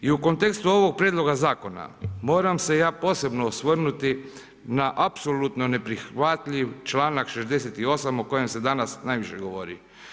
I u kontekstu ovog prijedloga zakona moram se ja posebno osvrnuti na apsolutno neprihvatljiv članak 68. o kojem se danas najviše govori.